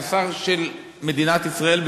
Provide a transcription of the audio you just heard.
אתה שר של מדינת ישראל,